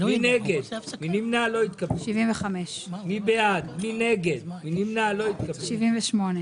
ההסתייגויות שאני מעלה, הנימוקים מאוד קשורים.